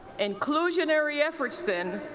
inclusionary efforts, then,